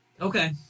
Okay